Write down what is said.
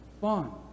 fun